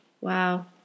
Wow